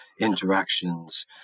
interactions